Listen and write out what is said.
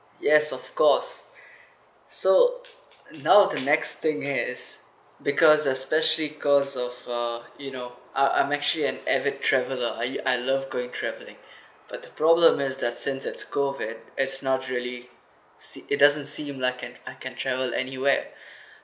yes of course so now the next thing is because uh specially cause of uh you know I~ I'm actually an avid traveller I~ I love going travelling but the problem is that since it's COVID it's not really see it doesn't seem like an I can travel anywhere